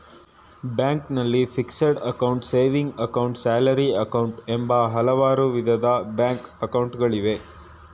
ಬ್ಯಾಂಕ್ನಲ್ಲಿ fixed account, saving account, salary account, ಎಂಬ ಹಲವಾರು ವಿಧದ ಬ್ಯಾಂಕ್ ಅಕೌಂಟ್ ಗಳಿವೆ